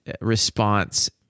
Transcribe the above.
response